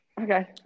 Okay